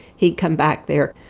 he'd come back there,